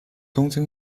东京